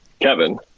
Kevin